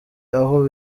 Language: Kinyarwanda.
aho